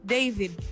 David